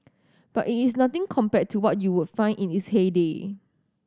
but it is nothing compared to what you would find in its heyday